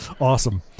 Awesome